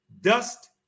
dust